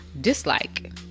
dislike